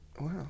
Wow